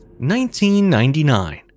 1999